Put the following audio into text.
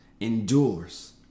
endures